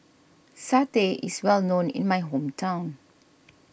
Satay is well known in my hometown